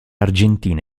argentina